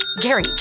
Gary